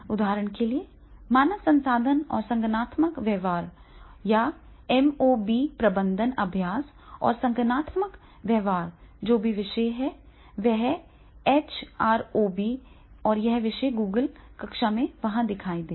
उदाहरण के लिए मानव संसाधन और संगठनात्मक व्यवहार या एमपीओबी प्रबंधन अभ्यास और संगठनात्मक व्यवहार जो भी विषय है वहां एचआरओबी और वह विषय Google कक्षा में वहां दिखाई देगा